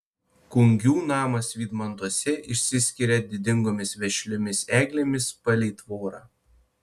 kungių namas vydmantuose išsiskiria didingomis vešliomis eglėmis palei tvorą